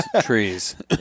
trees